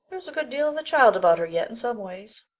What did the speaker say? there's a good deal of the child about her yet in some ways.